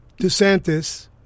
DeSantis